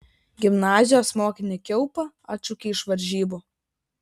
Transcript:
gimnazijos mokinį kiaupą atšaukė iš varžybų